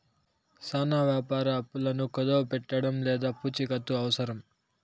చానా వ్యాపార అప్పులను కుదవపెట్టడం లేదా పూచికత్తు అవసరం